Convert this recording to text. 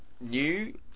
New